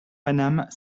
paname